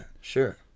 sure